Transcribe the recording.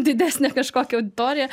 didesnę kažkokią auditoriją